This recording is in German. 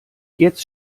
jetzt